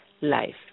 life